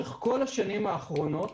לאורך כל השנים האחרונות,